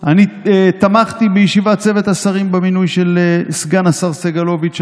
אני תמכתי בישיבת צוות השרים במינוי של סגן השר סגלוביץ'.